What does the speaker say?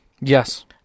Yes